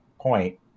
point